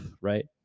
right